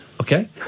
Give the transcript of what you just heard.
Okay